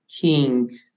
king